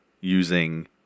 using